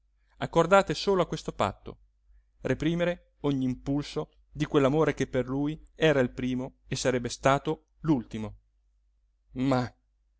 accordate solo a questo patto reprimere ogni impulso di quell'amore che per lui era il primo e sarebbe stato